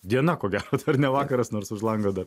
diena ko gero dar ne vakaras nors už lango dar